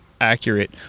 accurate